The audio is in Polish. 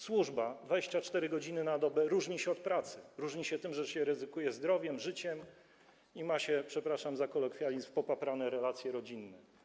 Służba 24 godziny na dobę różni się od pracy, różni się tym, że się ryzykuje zdrowiem, życiem i ma się, przepraszam za kolokwializm, popaprane relacje rodzinne.